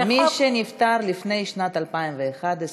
מי שנפטר לפני שנת 2011,